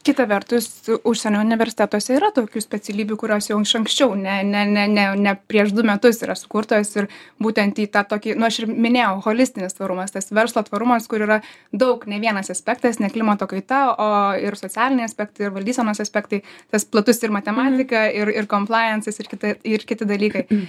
kita vertus užsienio universitetuose yra tokių specialybių kurios jau iš anksčiau ne ne ne ne ne prieš du metus yra sukurtos ir būtent į tą tokį nu aš ir minėjau holistinis tvarumas tas verslo tvarumas kur yra daug ne vienas aspektas ne klimato kaita o ir socialiniai aspektai ir valdysenos aspektai tas platus ir matematika ir ir komplajansas ir kiti ir kiti dalykai